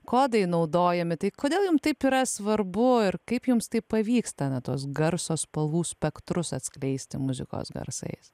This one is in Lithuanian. kodai naudojami tai kodėl jum taip yra svarbu ir kaip jums tai pavyksta na tos garso spalvų spektrus atskleisti muzikos garsais